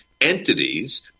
Entities